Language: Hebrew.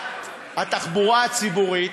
באבטחת התחבורה הציבורית,